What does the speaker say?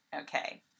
okay